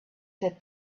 said